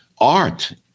art